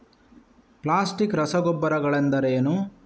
Plastic ರಸಗೊಬ್ಬರಗಳೆಂದರೇನು?